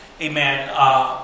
amen